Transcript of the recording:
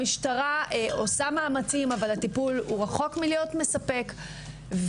המשטרה עושה מאמצים אבל הטיפול רחוק מלהיות מספק.